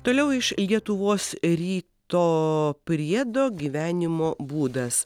toliau iš lietuvos ryto priedo gyvenimo būdas